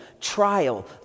trial